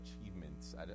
achievements